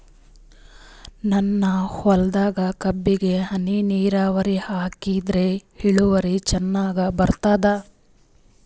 ನನ್ನ ಹೊಲದಾಗ ಕಬ್ಬಿಗಿ ಹನಿ ನಿರಾವರಿಹಾಕಿದೆ ಇಳುವರಿ ಚಂದ ಬರತ್ತಾದ?